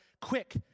quick